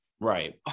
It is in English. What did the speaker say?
Right